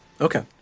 Okay